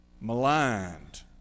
maligned